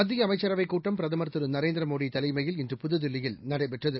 மத்தியஅமைச்சரவைக் கூட்டம் பிரதமர் திருநரேந்திரமோடிதலைமையில் இன்று புதுதில்லியில் நடைபெற்றது